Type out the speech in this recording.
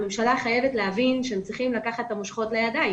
הממשלה חייבת להבין שהיא צריכה לקחת את המושכות לידיה.